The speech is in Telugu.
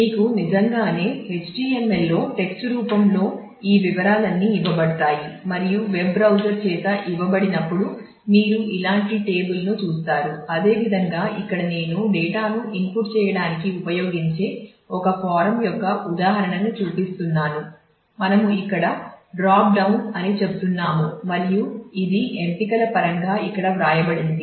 మీకు నిజంగానే HTML లో టెక్స్ట్ అని చెప్తున్నాము మరియు ఇది ఎంపికల పరంగా ఇక్కడ వ్రాయబడింది